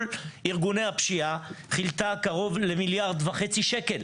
ארגוני הפשיעה חילטה קרוב למיליארד וחצי שקל,